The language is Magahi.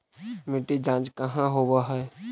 मिट्टी जाँच कहाँ होव है?